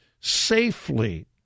safely